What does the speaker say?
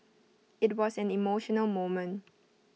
IT was an emotional moment